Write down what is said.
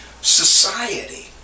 society